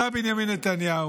אתה, בנימין נתניהו,